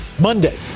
Monday